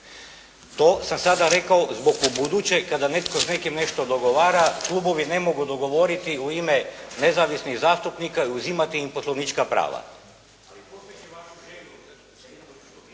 to sam sada rekao zbog ubuduće kada netko s nekim nešto dogovara, klubovi ne mogu dogovoriti u ime nezavisnih zastupnika i uzimati im poslovnička prava.